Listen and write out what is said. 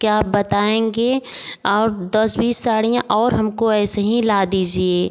क्या आप बताएँगी और दस बीस साड़ियाँ और हमको ऐसे ही ला दीजिए